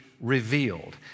revealed